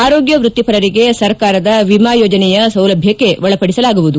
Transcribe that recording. ಆರೋಗ್ಯ ವ್ಯಕ್ತಿಪರಿಗೆ ಸರ್ಕಾರದ ವಿಮಾ ಯೋಜನೆಯ ಸೌಲಭ್ಯಕ್ಷೆ ಒಳಪಡಿಸಲಾಗುವುದು